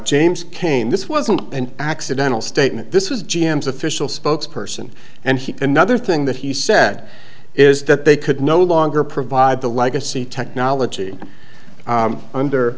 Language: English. james cain this wasn't an accidental statement this was g m s official spokes person and he another thing that he said is that they could no longer provide the legacy technology under